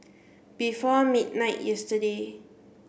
before midnight yesterday